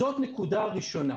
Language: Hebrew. זו נקודה ראשונה.